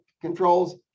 controls